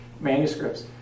manuscripts